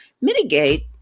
mitigate